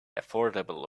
affordable